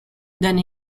then